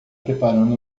preparando